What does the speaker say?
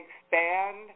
expand